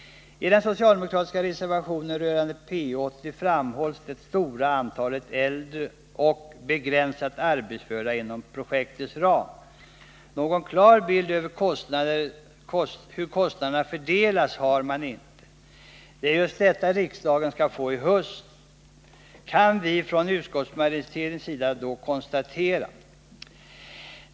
I den socialdemokratiska reservationen rörande P 80 framhålls det stora antalet äldre och begränsat arbetsföra inom projektets ram. Någon klar bild över hur kostnaderna fördelas har man inte. Det är just detta riksdagen skall få i höst, kan vi från utskottsmajoritetens sida då konstatera.